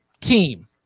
team